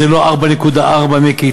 זה לא 4.4%, מיקי.